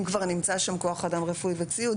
אם כבר נמצא שם כוח אדם רפואי וציוד,